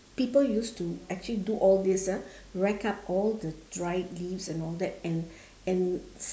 people used to actually do all these ah rack up all the dried leaves and all that and and